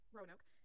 Roanoke